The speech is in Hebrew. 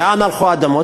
לאן הלכו האדמות?